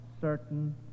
certain